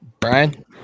Brian